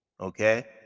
okay